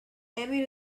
amy